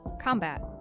Combat